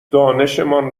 دانشمان